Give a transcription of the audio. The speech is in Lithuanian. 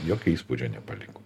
jokio įspūdžio nepaliko